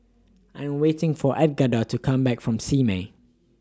I'm waiting For Edgardo to Come Back from Simei